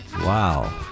wow